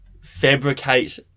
fabricate